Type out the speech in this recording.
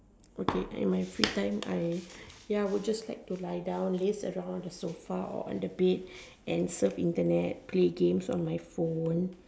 okay in my free time I ya will just like to lie down rest around the sofa or on the bed and surf Internet play games on my phone